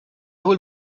will